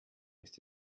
ist